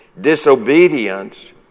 Disobedience